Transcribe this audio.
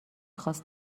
خواست